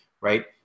right